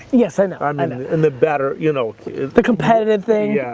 yes, i know. um and and the better you know the competitive thing. yeah